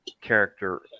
character